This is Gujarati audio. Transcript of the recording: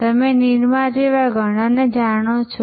તમે નિરમા જેવા ઘણાને જાણો છો